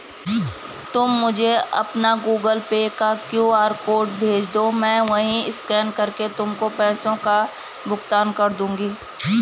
तुम मुझे अपना गूगल पे का क्यू.आर कोड भेजदो, मैं वहीं स्कैन करके तुमको पैसों का भुगतान कर दूंगी